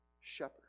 shepherd